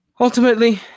ultimately